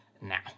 now